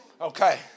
Okay